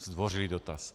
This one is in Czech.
Zdvořilý dotaz.